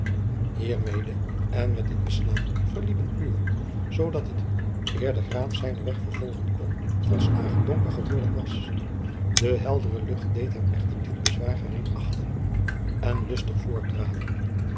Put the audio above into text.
hiermede en met het beslaan verliep een uur zoodat het eer de graaf zijnen weg vervolgen kon volslagen donker geworden was de heldere lucht deed hem echter dit bezwaar gering achten en lustig voortdraven